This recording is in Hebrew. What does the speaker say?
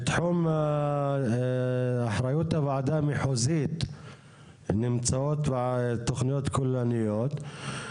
בתחום אחריות הוועדה המחוזית נמצאות תכניות כוללניות.